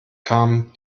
kam